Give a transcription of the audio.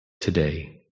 today